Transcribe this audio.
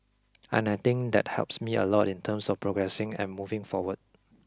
and I think that helps me a lot in terms of progressing and moving forward